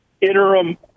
interim